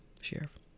Sheriff